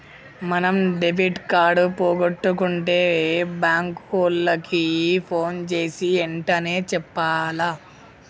మనం debit card పోగొట్టుకుంటే bank ఓళ్ళకి పోన్ జేసీ ఎంటనే చెప్పాల